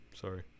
sorry